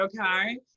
okay